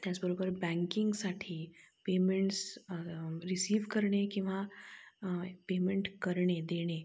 त्याचबरोबर बँकिंगसाठी payments receive करणे किंवा पेमेंट करणे देणे